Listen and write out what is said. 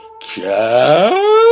cow